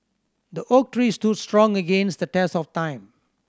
the oak tree stood strong against the test of time